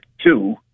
two